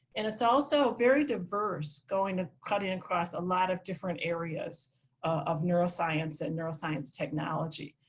and it's also very diverse going to cutting across a lot of different areas of neuroscience and neuroscience technology.